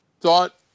thought